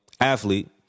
athlete